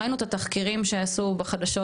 ראינו את התחקירים שעשו בחדשות,